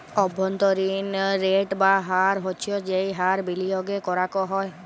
অব্ভন্তরীন রেট বা হার হচ্ছ যেই হার বিলিয়গে করাক হ্যয়